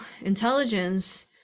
intelligence